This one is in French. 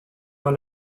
dans